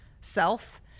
self